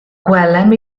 gwelem